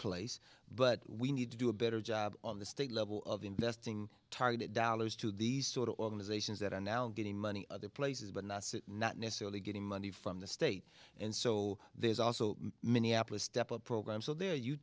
place but we need to do a better job on the state level of investing targeted dollars to these sort of organizations that are now getting money other places but not sit not necessarily getting money from the state and so there's also minneapolis step up program so they're